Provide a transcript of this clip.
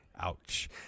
Ouch